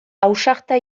ausarta